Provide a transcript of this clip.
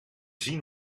zien